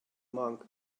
monk